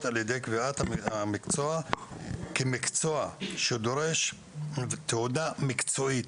על ידי קביעת המקצוע כמקצוע שדורש תעודה מקצועית.